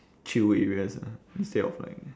chill areas ah instead of like